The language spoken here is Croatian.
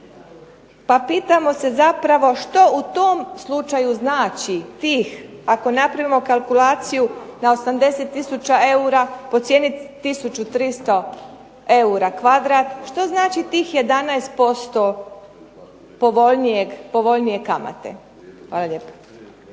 Pa pitamo se zapravo što u tom slučaju znači tih, ako napravimo kalkulaciju na 80 tisuća eura po cijeni 1300 eura kvadrat, što znači tih 11% povoljnije kamate. Hvala lijepo.